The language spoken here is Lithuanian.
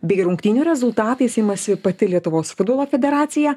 bei rungtynių rezultatais imasi pati lietuvos futbolo federacija